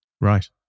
Right